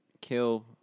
kill